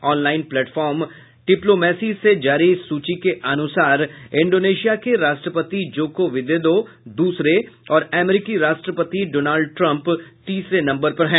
online platform twiplomacy से जारी सूची के अनुसार इंडोनेशिया के राष्ट्रपति जोको विदोदो दूसरे और अमरीकी राष्ट्रपति डॉनल्ड ट्रम्प तीसरे नंबर पर हैं